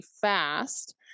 fast